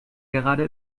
gerade